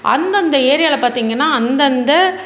அந்தந்த ஏரியாவில பார்த்திங்கன்னா அந்தந்த